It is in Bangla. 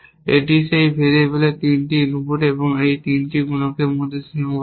এটি সেই ভেরিয়েবল 3টি ইনপুট এবং একটি এই গুণকের মধ্যে সীমাবদ্ধতা